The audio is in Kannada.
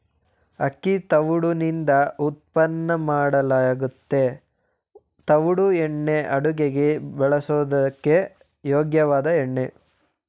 ಅಕ್ಕಿ ತವುಡುನಿಂದ ಉತ್ಪನ್ನ ಮಾಡಲಾಗ್ತದೆ ತವುಡು ಎಣ್ಣೆ ಅಡುಗೆಗೆ ಬಳಸೋದಕ್ಕೆ ಯೋಗ್ಯವಾದ ಎಣ್ಣೆ